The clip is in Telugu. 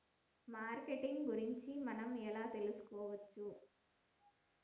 మార్కెటింగ్ గురించి మనం ఎలా తెలుసుకోవచ్చు?